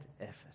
effort